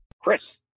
Chris